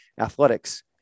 athletics